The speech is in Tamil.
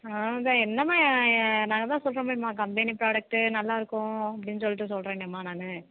அதான் என்னமா நாங்கதான் சொல்லுறோமேம்மா கம்பெனி ப்ராடக்ட்டு நல்லா இருக்கும் அப்படின்னு சொல்லிட்டு சொல்லுறேனேமா நான்